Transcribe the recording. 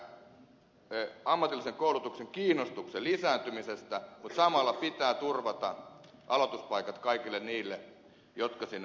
meidän pitää huolehtia sekä ammatillisen koulutuksen kiinnostuksen lisääntymisestä mutta samalla pitää turvata aloituspaikat kaikille niille jotka sinne haluavat